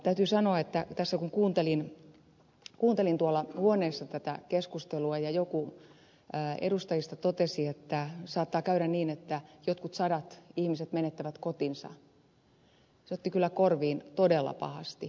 täytyy sanoa että kun kuuntelin tuolla huoneessa tätä keskustelua ja joku edustajista totesi että saattaa käydä niin että jotkut sadat ihmiset menettävät kotinsa se otti kyllä korviin todella pahasti